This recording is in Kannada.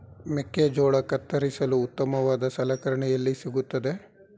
ಮೆಕ್ಕೆಜೋಳ ಕತ್ತರಿಸಲು ಉತ್ತಮವಾದ ಸಲಕರಣೆ ಎಲ್ಲಿ ಸಿಗುತ್ತದೆ?